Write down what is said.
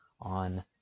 on